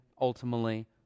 ultimately